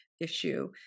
Issue